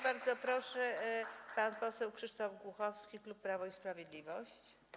Bardzo proszę, pan poseł Krzysztof Głuchowski, klub Prawo i Sprawiedliwość.